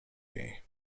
jej